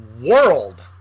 World